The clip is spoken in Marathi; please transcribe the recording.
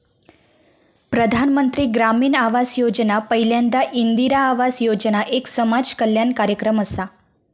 प्रधानमंत्री ग्रामीण आवास योजना पयल्यांदा इंदिरा आवास योजना एक समाज कल्याण कार्यक्रम असा